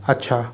अच्छा